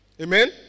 amen